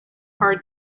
hard